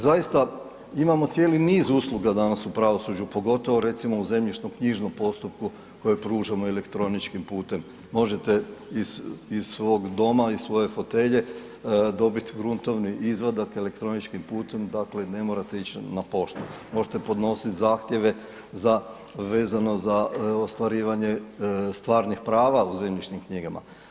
Zaista imamo cijeli niz usluga danas u pravosuđu, pogotovo recimo u zemljišnoknjižnom postupku koji pružamo elektroničkim putem, možete iz svog doma, iz svoje fotelje, dobit gruntovni izvadak elektroničkim putem, dakle ne morate ić na poštu, možete podnosit zahtjeve za, vezano za ostvarivanje stvarnih prava u zemljišnim knjigama.